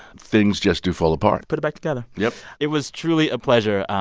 things just do fall apart put it back together yup it was truly a pleasure.